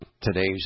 today's